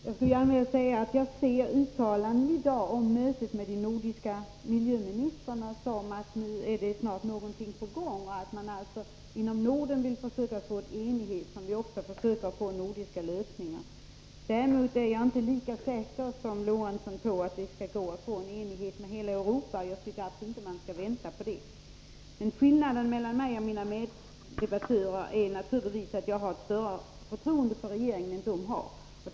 Herr talman! Jag skulle gärna vilja säga att jag ser uttalandena i dag om mötet med de nordiska miljöministrarna som ett tecken på att någonting snart är på gång, att man alltså inom Norden vill försöka nå enighet. Vi försöker ju ofta få nordiska lösningar. Däremot är jag inte lika säker som Sven Eric Lorentzon på att det går att få enighet med hela Europa, och jag tycker inte att vi skall vänta på det. Skillnaden mellan mig och mina meddebattörer är naturligtvis att jag har större förtroende för regeringen än de har.